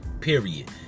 period